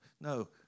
No